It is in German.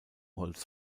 holz